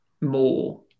more